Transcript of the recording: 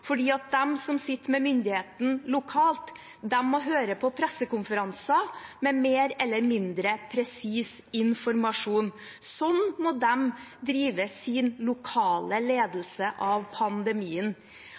som sitter med myndigheten lokalt, må høre på pressekonferanser med mer eller mindre presis informasjon. Sånn må de drive sin lokale